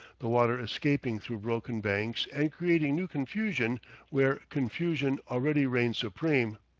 the water escaping through broken banks and creating new confusion where confusion already reigns supreme.